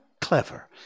clever